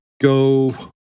go